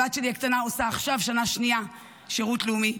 הבת הקטנה שלי עושה עכשיו שנה שנייה בשירות לאומי.